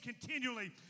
continually